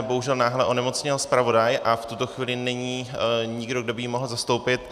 Bohužel náhle onemocněl zpravodaj a v tuto chvíli není nikdo, kdo by ji mohl zastoupit.